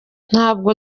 ntabwo